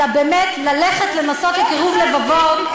אלא באמת ללכת לנסות בקירוב לבבות,